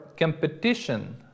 competition